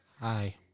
Hi